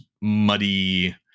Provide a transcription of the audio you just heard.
muddy